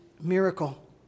miracle